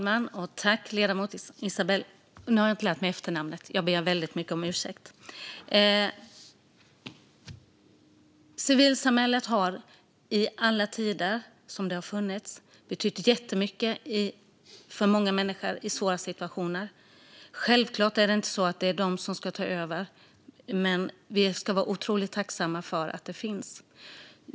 Herr talman! Tack, Isabell Mixter, för frågan! Civilsamhället har i alla tider betytt jättemycket för många människor i svåra situationer. Men självklart är det inte civilsamhället som ska ta över, men vi ska vara tacksamma för att det finns.